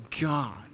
God